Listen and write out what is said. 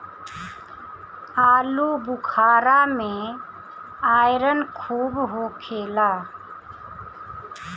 आलूबुखारा में आयरन खूब होखेला